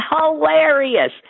hilarious